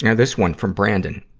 you know this one from brandon,